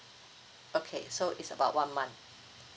okay so it's about one month